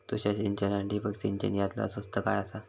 तुषार सिंचन आनी ठिबक सिंचन यातला स्वस्त काय आसा?